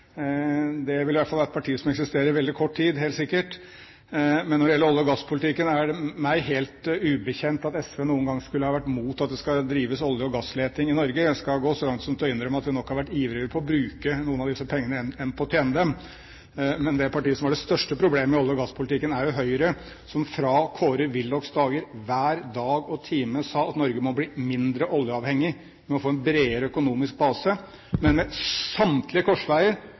det feilfrie mennesket. Det ville i hvert fall vært et parti som helt sikkert ville eksistert i veldig kort tid. Når det gjelder olje- og gasspolitikken, er det meg ubekjent at SV noen gang skulle vært imot at det skal drives olje- og gassleting i Norge. Jeg skal gå så langt som til å innrømme at vi nok har vært ivrigere på å bruke noen av disse pengene enn på å tjene dem. Men det partiet som har det største problemet i olje- og gasspolitikken, er jo Høyre, som fra Kåre Willochs dager hver dag og time sa at Norge må bli mindre oljeavhengig ved å få en bredere økonomisk base. Men ved samtlige korsveier